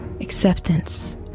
Acceptance